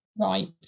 right